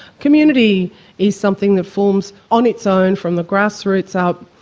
community is something that forms on its own from the grass roots up.